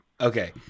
Okay